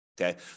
Okay